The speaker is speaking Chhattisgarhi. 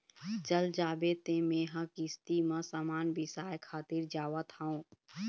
चल जाबे तें मेंहा किस्ती म समान बिसाय खातिर जावत हँव